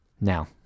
Now